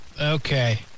Okay